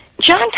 John